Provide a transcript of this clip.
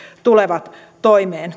tulevat toimeen